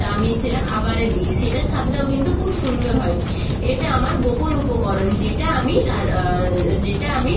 আমি সেটা খাবারে দিই সেটার স্বাদটাও কিন্তু খুব সুন্দর হয় এটা আমার গোপন উপকরণ যেটা আমি রার যেটা আমি